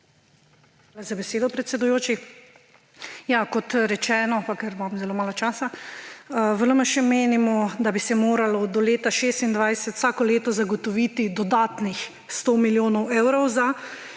Hvala za besedo, predsedujoči. Kot rečeno, imam zelo malo časa, v LMŠ menimo, da bi se moralo do leta 2026 vsako leto zagotoviti dodatnih 100 milijonov evrov za